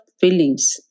feelings